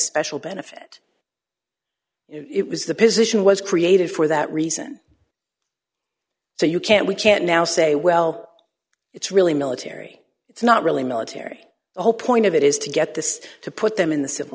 special benefit it was the position was created for that reason so you can we can now say well it's really military it's not really military the whole point of it is to get this to put them in the civil